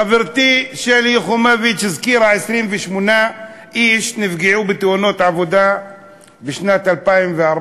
חברתי שלי יחימוביץ הזכירה: 28 איש נפגעו בתאונות עבודה בשנת 2014,